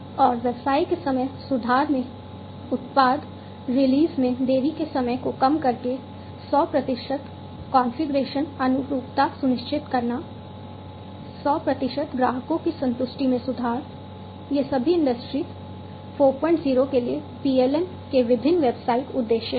और व्यवसाय के समग्र सुधार में उत्पाद रिलीज में देरी के समय को कम करके 100 कॉन्फ़िगरेशन अनुरूपता सुनिश्चित करना 100 ग्राहकों की संतुष्टि में सुधार ये सभी इंडस्ट्री 40 के लिए PLM के विभिन्न व्यावसायिक उद्देश्य हैं